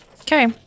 Okay